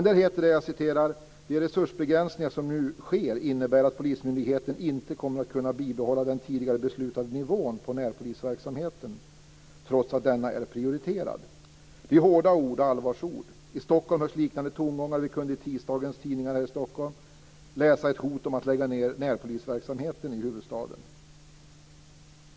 Där heter det: De resursbegränsningar som nu sker innebär att polismyndigheten inte kommer att kunna behålla den tidigare beslutade nivån på närpolisverksamheten trots att denna är prioriterad. Det är hårda ord och allvarsord. I Stockholm hörs liknande tongångar. Vi kunde i tisdagens tidningar här i Stockholm läsa ett hot att lägga ned närpolisverksamheten i huvudstaden.